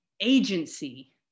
agency